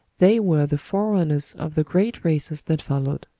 they were the forerunners of the great races that followed.